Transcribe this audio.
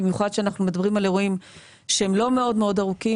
במיוחד כשאנחנו מדברים על אירועים לא מאוד מאוד ארוכים.